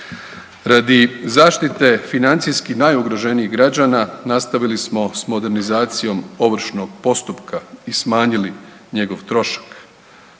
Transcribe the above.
Radi zaštite financijski najugroženijih građana nastavili smo s modernizacijom ovršnog postupka i smanjili njegov trošak.